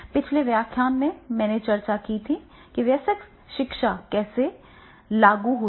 पिछले व्याख्यान में मैंने चर्चा की है कि वयस्क शिक्षा कैसे लागू होती है